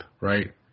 right